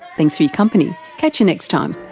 thanks for your company, catch you next time